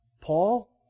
Paul